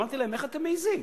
אמרתי להם: איך אתם מעזים?